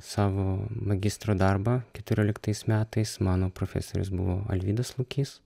savo magistro darbą keturioliktais metais mano profesorius buvo alvydas lukys